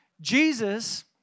Jesus